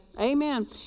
Amen